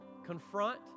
Confront